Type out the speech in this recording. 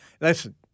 listen